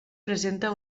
presenta